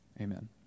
Amen